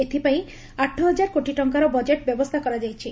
ଏଥିପାଇଁ ଆଠ ହଜାର କୋଟି ଟଙ୍କାର ବଜେଟ ବ୍ୟବସ୍ଥା କରାଯାଇଛି